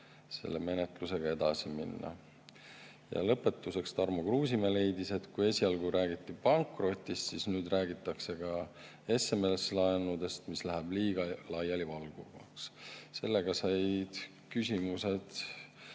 selle menetlusega edasi minna. Lõpetuseks, Tarmo Kruusimäe leidis, et kui esialgu räägiti pankrotist, siis nüüd räägitakse ka SMS-laenudest, mis läheb liiga laialivalguvaks. Sellega said küsimused